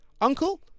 Uncle